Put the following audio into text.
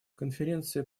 конференция